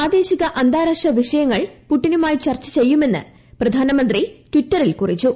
പ്രാദേശിക അന്താരാഷ്ട്രവിഷയങ്ങൾ പുടിനുമായി ചർച്ച ചെയ്യുമന്ന് പ്രധാനമന്ത്രി ട്വിറ്ററിൽ കുറിച്ചു